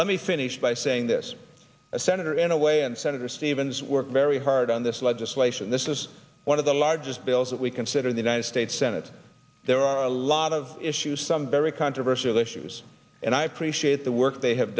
let me finish by saying this is a senator in a way and senator stevens worked very hard on this legislation this is one of the largest bills that we consider the united states senate there are a lot of issues some very controversial issues and i appreciate the work they have